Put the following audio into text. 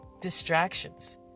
distractions